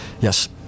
yes